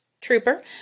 trooper